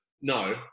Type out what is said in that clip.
no